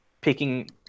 picking